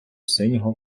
синього